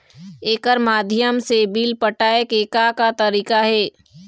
एकर माध्यम से बिल पटाए के का का तरीका हे?